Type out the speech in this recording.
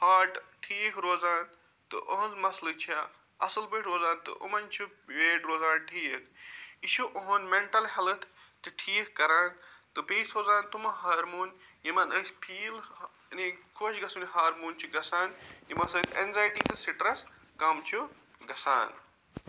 heart ٹھیٖک روزان تہٕ یِہٕنٛز مَسلہٕ چھےٚ اصل پٲٹھۍ روزان تہٕ یِمن چھُ ویٹ روزان ٹھیٖک یہِ چھُ یِہُنٛد میٚنٹَل ہیٚلتھ تہِ ٹھیٖک کران تہٕ بیٚیہِ سوزان تِم ہارمون یمن أسۍ فیٖل یعنی خوش گَژھوٕنۍ ہارمون چھِ گَژھان یمو سۭتۍ ایٚنزایٹی تہٕ سٹرٛٮ۪س کم چھُ گَژھان